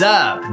up